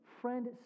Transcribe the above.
Friend